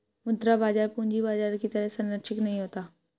मुद्रा बाजार पूंजी बाजार की तरह सरंचिक नहीं होता